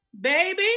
baby